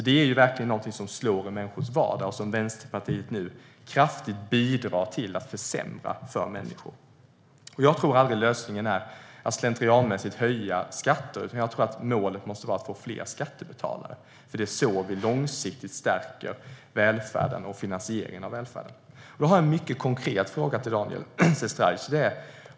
Det är verkligen någonting som slår i människors vardag och där Vänsterpartiet nu kraftigt bidrar till att försämra för människor. Lösningen är aldrig att slentrianmässigt höja skatter. Målet måste vara att få fler skattebetalare. Det är så vi långsiktigt stärker välfärden och finansieringen av välfärden. Jag har en mycket konkret fråga till Daniel Sestrajcic.